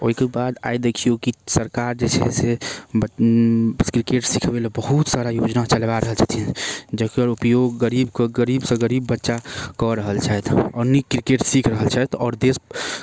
ओहिकेबाद आइ देखिऔ कि सरकार जे छै से किरकेट सिखबैलए बहुत सारा योजना चलबा रहल छथिन जकर उपयोग गरीब गरीबसँ गरीब बच्चा कऽ रहल छथि आओर नीक किरकेट सीखि रहल छथि आओर देशके